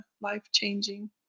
life-changing